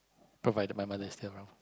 provided my mother is still around